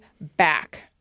back